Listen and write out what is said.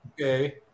okay